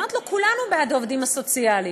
אמרתי לו: כולנו בעד העובדים הסוציאליים,